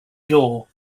door